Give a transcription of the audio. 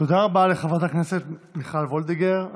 תודה רבה לחברת הכנסת מיכל וולדיגר.